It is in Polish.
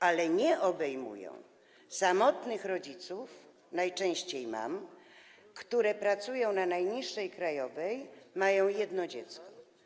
Ale nie obejmuje to samotnych rodziców, najczęściej mam, które pracują za najniższą krajową i mają jedno dziecko.